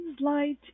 light